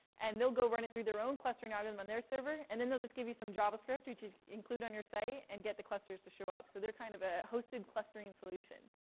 and they'll go run it through their own clustering algorithm on their server, and then they'll just give you some javascript, for you to include on your site, and get the clusters to show up. so they're kind of a hosted clustering solution.